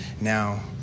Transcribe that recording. now